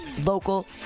local